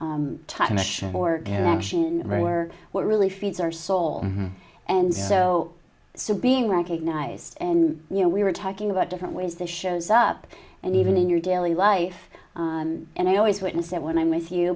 connection or what really feeds our soul and so so being recognized and you know we were talking about different ways this shows up and even in your daily life and i always witness it when i'm with you